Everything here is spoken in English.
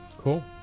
Cool